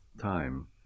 time